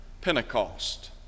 Pentecost